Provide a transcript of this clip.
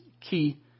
key